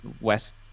West